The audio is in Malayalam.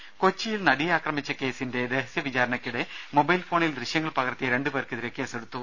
് കൊച്ചിയിൽ നടിയെ ആക്രമിച്ച കേസിന്റെ രഹസ്യ വിചാരണയ്ക്കിടെ മൊബൈൽ ഫോണിൽ ദൃശ്യങ്ങൾ പകർത്തിയ രണ്ടുപേർക്കെതിരെ കേസെടുത്തു